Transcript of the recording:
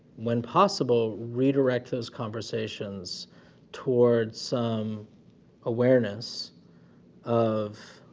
when possible, redirect those conversations towards some awareness of,